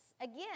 Again